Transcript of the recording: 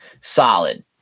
solid